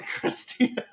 Christina